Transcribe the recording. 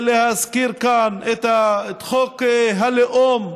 להזכיר כאן את חוק הלאום,